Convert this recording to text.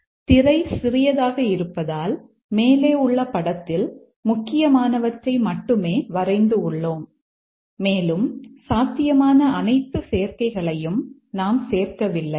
ஆனால் திரை சிறியதாக இருப்பதால் மேலே உள்ள படத்தில் முக்கியமானவற்றை மட்டுமே வரைந்து உள்ளோம் மேலும் சாத்தியமான அனைத்து சேர்க்கைகளையும் நாம் சேர்க்கவில்லை